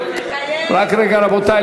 רק רגע, רבותי.